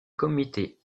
comité